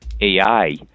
AI